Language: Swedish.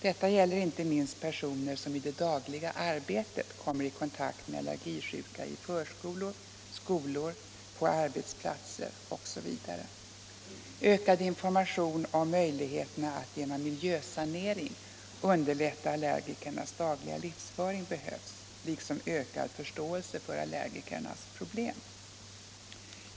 Detta gäller inte minst personer som i det dagliga arbetet kommer i kontakt med allergisjuka i förskolor, skolor, på arbetsplatser osv. Ökad information om möjligheterna att genom miljösanering underlätta allergikernas dagliga livsföring behövs liksom ökad förståelse för allergikernas problem.